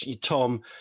Tom